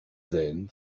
then